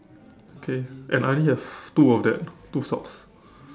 okay and I only have two of that two socks